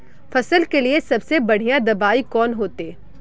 फसल के लिए सबसे बढ़िया दबाइ कौन होते?